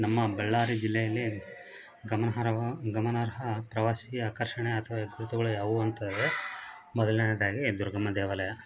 ನಮ್ಮ ಬಳ್ಳಾರಿ ಜಿಲ್ಲೆಯಲ್ಲಿ ಗಮನಾರ್ಹವ ಗಮನಾರ್ಹ ಪ್ರವಾಸಿ ಆಕರ್ಷಣೆ ಅಥ್ವಾ ಹೆಗ್ಗುರುತುಗಳು ಯಾವುವು ಅಂತಾರೆ ಮೊದಲನೇದಾಗಿ ದುರ್ಗಮ್ಮ ದೇವಾಲಯ